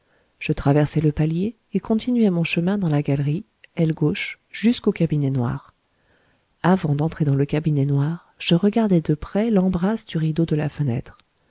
je traversai le palier et continuai mon chemin dans la galerie aile gauche jusqu'au cabinet noir avant d'entrer dans le cabinet noir je regardai de près l'embrasse du rideau de la fenêtre